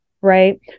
right